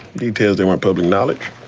details that weren't public knowledge.